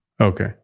Okay